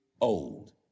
old